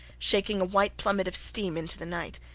shaking a white plummet of steam into the night,